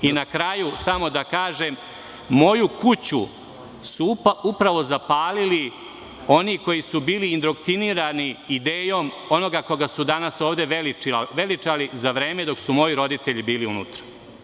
Na kraju, samo da kažem, moju kuću su upravo zapalili oni koji su bili indoktrinirani idejom onoga koga su danas ovde veličali, za vreme dok su moji roditelji bili unutra.